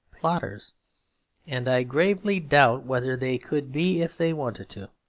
plotters and i gravely doubt whether they could be if they wanted to.